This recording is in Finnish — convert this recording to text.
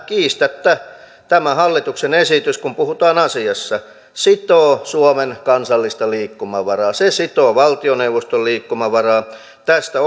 kiistatta tämä hallituksen esitys kun puhutaan asiasta sitoo suomen kansallista liikkumavaraa sitoo valtioneuvoston liikkumavaraa tästä